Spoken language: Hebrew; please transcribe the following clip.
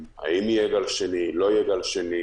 האם יהיה גל שני או לא יהיה גל שני?